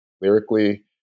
lyrically